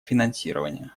финансирование